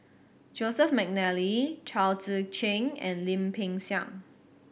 Joseph McNally Chao Tzee Cheng and Lim Peng Siang